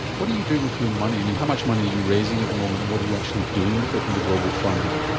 what are you doing with your money? i mean how much money are you raising at the moment, and what are you actually doing with it in the global fund?